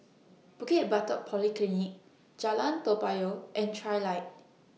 Bukit Batok Polyclinic Jalan Toa Payoh and Trilight